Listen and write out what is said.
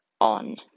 on